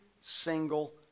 single